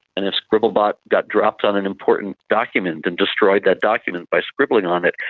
and if scribble bot got dropped on an important document and destroyed that document by scribbling on it,